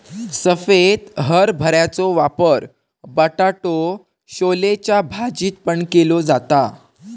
सफेद हरभऱ्याचो वापर बटाटो छोलेच्या भाजीत पण केलो जाता